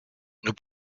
nous